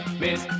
miss